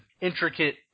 intricate